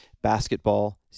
basketball